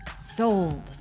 Sold